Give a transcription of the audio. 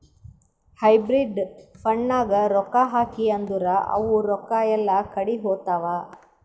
hybrid ಫಂಡ್ನಾಗ್ ರೊಕ್ಕಾ ಹಾಕಿ ಅಂದುರ್ ಅವು ರೊಕ್ಕಾ ಎಲ್ಲಾ ಕಡಿ ಹೋತ್ತಾವ್